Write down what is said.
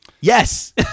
Yes